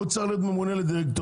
הוא צריך להיות ממונה לדירקטוריון,